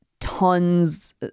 tons